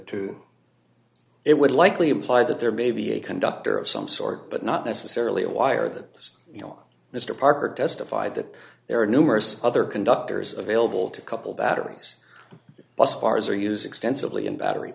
two it would likely imply that there may be a conductor of some sort but not necessarily a wire that you know mr parker testified that there are numerous other conductors available to couple batteries plus cars or use extensively in battery